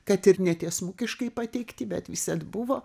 kad ir netiesmukiškai pateikti bet visad buvo